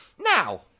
Now